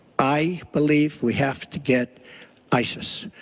i believe we have to get isis.